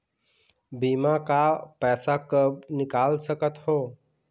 बीमा का पैसा कब निकाल सकत हो?